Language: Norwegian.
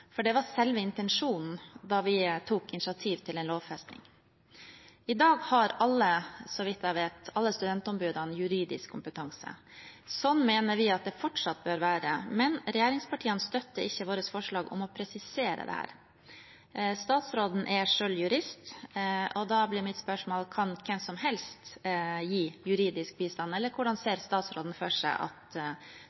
for det var selve intensjonen da vi tok initiativ til en lovfesting. I dag har alle studentombudene juridisk kompetanse, så vidt jeg vet. Sånn mener vi at det fortsatt bør være. Men regjeringspartiene støtter ikke våre forslag om å presisere dette. Statsråden er selv jurist, og da blir mitt spørsmål: Kan hvem som helst gi juridisk bistand, eller hvordan